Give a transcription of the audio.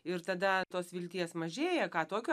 ir tada tos vilties mažėja ką tokio